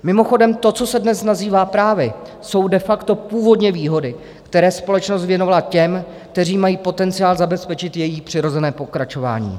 Mimochodem, to, co se dnes nazývá právy, jsou de facto původně výhody, které společnost věnovala těm, kteří mají potenciál zabezpečit její přirozené pokračování.